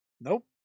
Nope